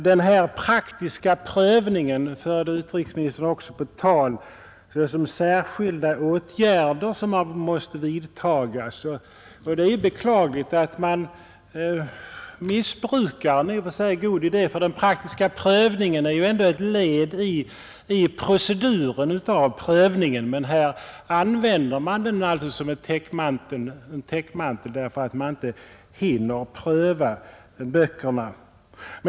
Den praktiska prövningen förde utbildningsministern också på tal som en särskild åtgärd man måste vidtaga. Det är beklagligt att man missbrukar en i och för sig god idé, ty den praktiska prövningen är ju ett led i proceduren. Men här används den som en täckmantel därför att man inte hinner pröva böckerna.